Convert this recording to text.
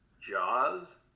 Jaws